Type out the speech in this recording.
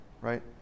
right